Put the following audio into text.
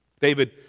David